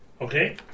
Okay